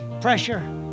pressure